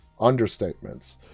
understatements